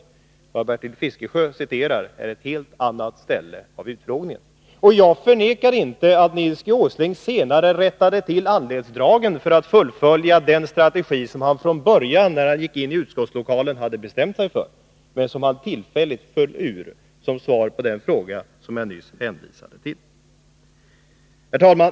Vad Bertil Fiskesjö citerar är ett helt annat ställe av utfrågningen. Jag förnekar inte att Nils G. Åsling senare rättade till anletsdragen för att fullfölja den strategi som han från början, när han gick in i utskottslokalen, hade bestämt sig för men som han tillfälligt föll ur vid besvarandet av den fråga som jag nyss hänvisade till. Herr talman!